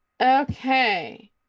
Okay